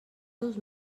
dos